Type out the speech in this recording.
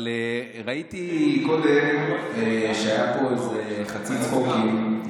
אבל ראיתי קודם שהיו פה איזה חצי צחוקים,